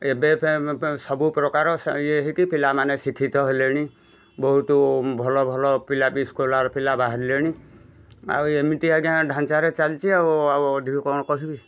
ଏବେ ସବୁ ପ୍ରକାର ଇଏ ହୋଇକି ପିଲାମାନେ ଶିକ୍ଷିତ ହେଲେଣି ବହୁତ ଭଲ ଭଲ ପିଲା ବି ସ୍କୋଲାର୍ ପିଲା ବାହାରିଲେଣି ଆଉ ଏମିତି ଆଜ୍ଞା ଢ଼ାଞ୍ଚାରେ ଚାଲିଛି ଆଉ ଆଉ ଅଧିକ କଣ କହିବି